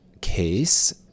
case